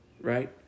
right